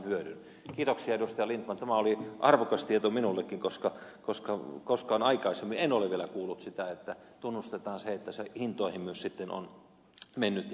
kiitoksia edustaja lindtman tämä oli arvokas tieto minullekin koska koskaan aikaisemmin en ole vielä kuullut sitä että tunnustetaan se että se on mennyt ja voi mennä myös sitten hintoihin